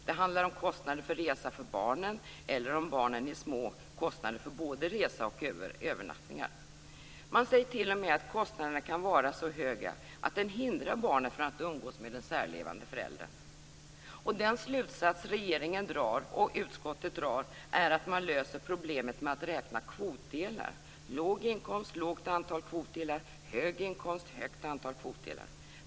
Det handlar om kostnader för resa för barnen eller, om barnen är små, kostnader för både resa och övernattningar. Man säger t.o.m. att kostnaderna kan vara så höga att de hindrar barnet från att umgås med den särlevande föräldern. Den slutsats som regeringen och utskottet drar är att man löser problemet med att räkna kvotdelar: låg inkomst - lågt antal kvotdelar, hög inkomst - högt antal kvotdelar.